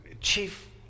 chief